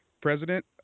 president